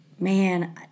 Man